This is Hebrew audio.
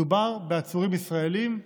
מדובר בעצורים ישראלים,